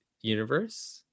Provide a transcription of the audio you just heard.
universe